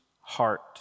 heart